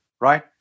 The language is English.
right